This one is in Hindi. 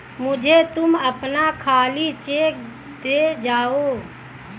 मुझे तुम अपना खाली चेक दे जाओ